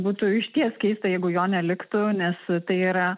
būtų išties keista jeigu jo neliktų nes tai yra